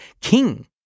king